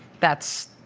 that's